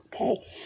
Okay